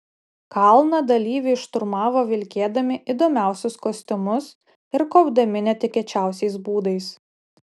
kalną dalyviai šturmavo vilkėdami įdomiausius kostiumus ir kopdami netikėčiausiais būdais